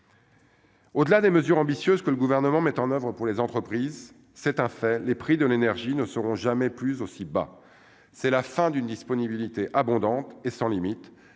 Au-delà des mesures ambitieuses que le gouvernement mette en oeuvre pour les entreprises, c'est un fait, les prix de l'énergie ne seront jamais plus aussi bas, c'est la fin d'une disponibilité abondante et sans limite,